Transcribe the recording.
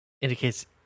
indicates